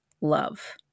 love